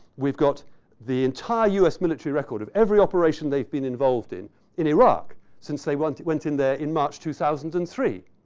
we've got the entire us military record of every operation they've been involved in in iraq since they went went in there in march two thousand and three.